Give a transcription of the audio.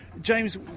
James